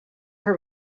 her